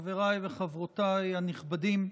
חבריי וחברותיי הנכבדים,